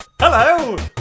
Hello